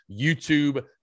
YouTube